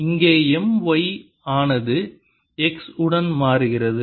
இங்கே M y ஆனது X உடன் மாறுகிறது